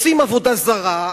רוצים עבודה זרה,